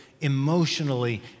emotionally